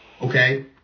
Okay